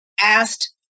asked